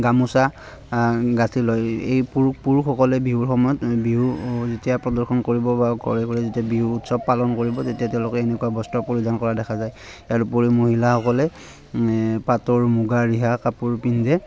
গামোচা গাঁঠি লয় এই এই পুৰুষ পুৰুষসকলে বিহুৰ সময়ত বিহু যেতিয়া প্ৰদৰ্শন কৰিব বা ঘৰে ঘৰে যেতিয়া বিহু উৎসৱ পালন কৰিব তেতিয়া তেওঁলোকে এনেকুৱা বস্ত্ৰ পৰিধান কৰা দেখা যায় ইয়াৰ উপৰিও মহিলাসকলে পাটৰ মুগাৰ ৰিহা কাপোৰ পিন্ধে